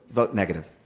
vote negative.